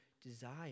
desire